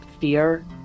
fear